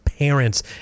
parents